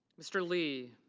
mr. lee.